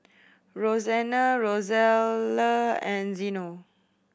Roseanna Rosella and Zeno